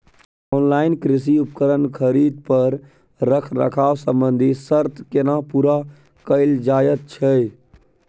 Online कृषि उपकरण खरीद पर रखरखाव संबंधी सर्त केना पूरा कैल जायत छै?